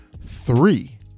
Three